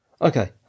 Okay